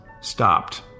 Stopped